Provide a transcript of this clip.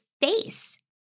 face